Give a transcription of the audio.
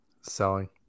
Selling